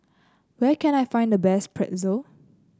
where can I find the best Pretzel